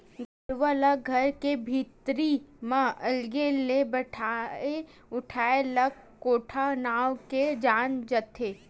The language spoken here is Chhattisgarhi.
गाय गरुवा ला घर के भीतरी म अलगे ले बनाए ठउर ला कोठा नांव ले जाने जाथे